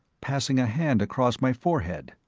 passing a hand across my forehead.